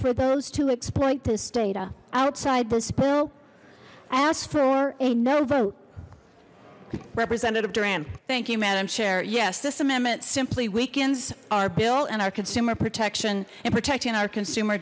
for those to exploit this data outside this bill ask for a no vote representative duran thank you madam chair yes this amendment simply weakens our bill and our consumer protection and protecting our consumer